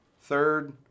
Third